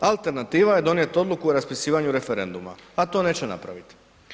Alternativa je donijeti odluku o raspisivanju referenduma, a to neće napraviti.